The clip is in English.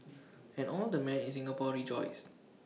and all the men in Singapore rejoiced